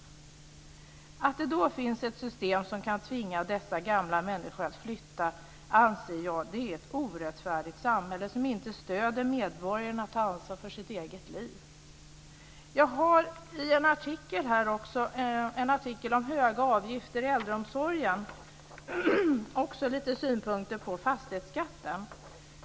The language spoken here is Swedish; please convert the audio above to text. Jag anser att det är ett orättfärdigt samhälle som har ett system som kan tvinga dessa gamla människor att flytta och inte stöder medborgarna att ta ansvar för sitt eget liv. Jag har en artikel här om höga avgifter i äldreomsorgen. Där finns också några synpunkter på fastighetsskatten.